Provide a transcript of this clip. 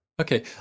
Okay